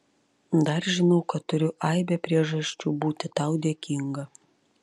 dar žinau kad turiu aibę priežasčių būti tau dėkinga